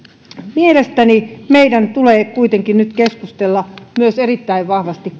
mielestäni meidän tulee nyt kuitenkin keskustella erittäin vahvasti